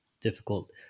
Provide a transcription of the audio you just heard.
difficult